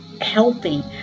healthy